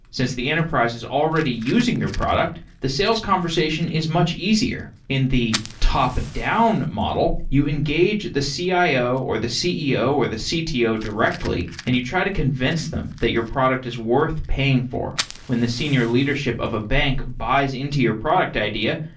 since the enterprise is already using your product, the sales conversation is much easier. in the top down model, you engage the cio or the ceo or the cto directly and you try to convince them that your product is worth paying for. when the senior leadership of a bank buys into your product idea,